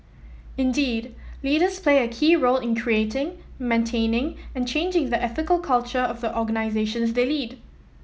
indeed leaders play a key role in creating maintaining and changing the ethical culture of the organisations they lead